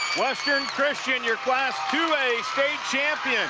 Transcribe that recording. western christian your class two a state champions